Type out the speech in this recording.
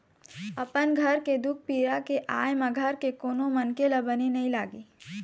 अपन घर के दुख पीरा के आय म घर के कोनो मनखे ल बने नइ लागे